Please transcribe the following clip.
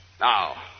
Now